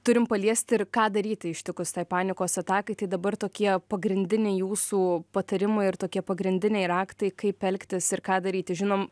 turim paliesti ir ką daryti ištikus tai panikos atakai tai dabar tokie pagrindiniai jūsų patarimai ir tokie pagrindiniai raktai kaip elgtis ir ką daryti žinom